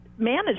manage